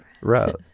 right